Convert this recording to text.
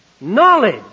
knowledge